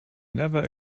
never